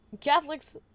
Catholics